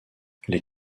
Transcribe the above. les